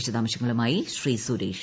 വിശദാംശങ്ങളുമായി ശ്രീ സുരേഷ്